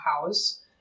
house